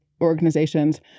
organizations